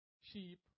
sheep